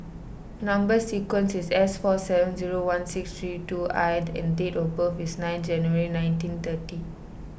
Number Sequence is S four seven zero one six three two one I and date of birth is nine January nineteen thirty